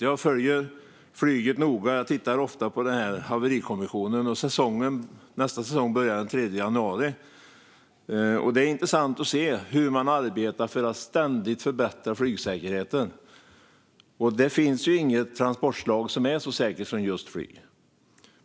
Jag följer flyget noga. Jag tittar ofta på Haveri kommissionen. Nästa säsong börjar den 3 januari. Det är intressant att se hur man arbetar för att ständigt förbättra flygsäkerheten. Det finns inget transportslag som är så säkert som just flyget.